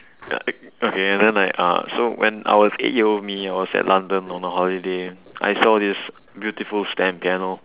okay and then uh so when I was eight year old me I was at london on a holiday I saw this beautiful stand piano